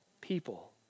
people